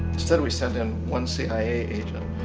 instead we sent in one cia agent,